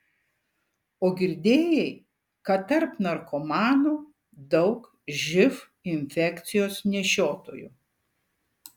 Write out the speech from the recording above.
o girdėjai kad tarp narkomanų daug živ infekcijos nešiotojų